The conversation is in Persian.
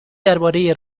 درباره